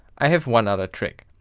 i have one other trick.